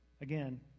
again